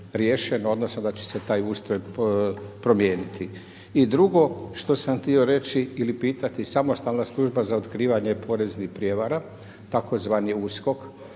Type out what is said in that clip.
odnosno da će se taj ustroj promijeniti? I drugo što sam htio reći ili pitati samostalna služba za otkrivanje poreznih prijevara tzv. USKOK,